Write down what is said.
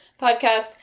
Podcasts